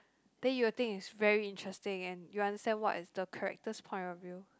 then you will think it's very interesting and you understand what is the character's point of view